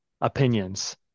opinions